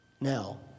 Now